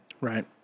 Right